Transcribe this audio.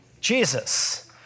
Jesus